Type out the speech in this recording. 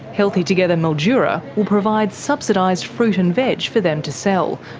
healthy together mildura will provide subsidised fruit and veg for them to sell,